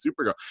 Supergirl